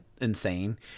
insane